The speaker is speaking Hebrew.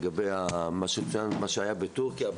לגבי מה שהיה בטורקיה,